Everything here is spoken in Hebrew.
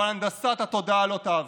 אבל הנדסת התודעה לא תעבוד.